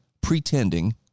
pretending